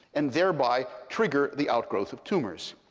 and thereby trigger the outgrowth of tumors.